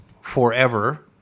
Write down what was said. forever